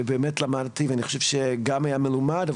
ואני חושב שגם היה מלומד,